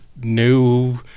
new